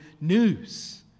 news